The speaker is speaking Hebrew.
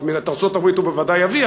את ארצות-הברית הוא בוודאי יביא,